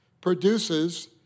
Produces